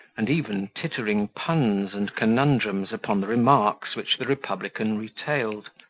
and even tittering puns and conundrums upon the remarks which the republican retailed.